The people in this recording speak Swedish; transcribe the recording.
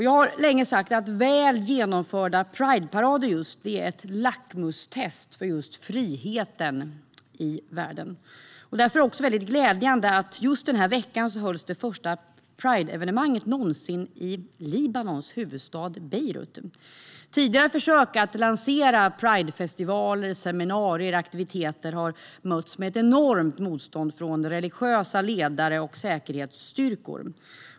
Jag har länge sagt att väl genomförda prideparader är ett lackmustest för friheten i världen. Därför är det glädjande att just denna vecka hålls det första prideevenemanget någonsin i Libanons huvudstad Beirut. Tidigare försök att lansera pridefestivaler, seminarier och aktiviteter har mötts av ett enormt motstånd från religiösa ledare och säkerhetsstyrkor.